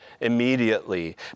immediately